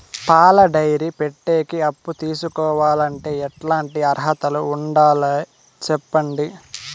పాల డైరీ పెట్టేకి అప్పు తీసుకోవాలంటే ఎట్లాంటి అర్హతలు ఉండాలి సెప్పండి?